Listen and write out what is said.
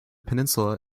peninsula